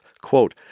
quote